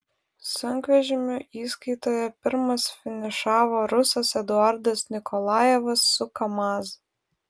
sunkvežimių įskaitoje pirmas finišavo rusas eduardas nikolajevas su kamaz